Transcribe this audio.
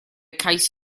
cais